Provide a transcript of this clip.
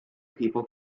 people